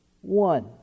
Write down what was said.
one